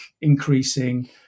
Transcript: increasing